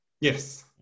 Yes